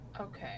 Okay